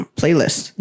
playlist